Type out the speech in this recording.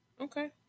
okay